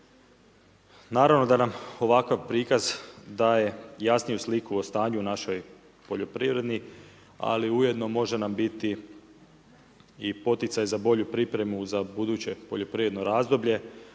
Naravno da nam ovakav prikaz daje jasniju sliku o stanju u našoj poljoprivredi, ali ujedno može nam biti i poticaj za bolju pripremu, za buduće poljoprivredno razdoblje,